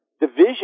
division